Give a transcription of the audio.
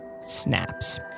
snaps